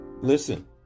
listen